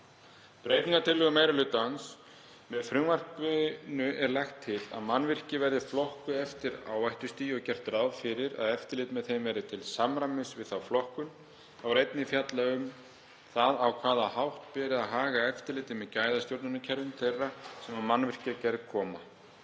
verði felld brott. Með frumvarpinu er lagt til að mannvirki verði flokkuð eftir áhættustigi og gert ráð fyrir að eftirlit með þeim verði til samræmis við þá flokkun. Þá er einnig fjallað um það á hvaða hátt beri að haga eftirliti með gæðastjórnunarkerfum þeirra sem að mannvirkjagerð koma,